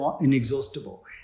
inexhaustible